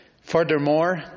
Furthermore